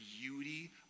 beauty